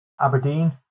Aberdeen